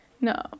No